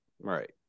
Right